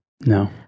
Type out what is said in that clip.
no